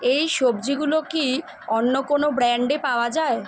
এই সবজিগুলো কি অন্য কোনো ব্র্যান্ডে পাওয়া যায়